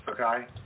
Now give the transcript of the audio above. Okay